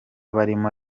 barimo